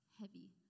heavy